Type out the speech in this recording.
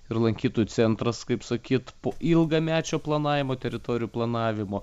ir lankytojų centras kaip sakyt po ilgamečio planavimo teritorijų planavimo